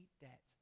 debt